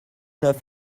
neuf